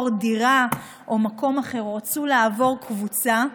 דירה או למקום אחר או רצו לעבור קבוצה,